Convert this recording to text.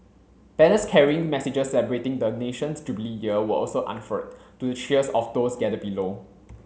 banners carrying messages celebrating the nation's Jubilee Year were also unfurled to the cheers of those gathered below